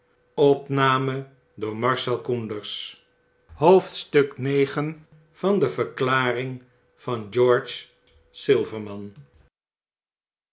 i a de verklaring van george silverman